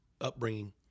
upbringing